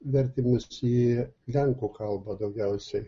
vertimus į lenkų kalbą daugiausiai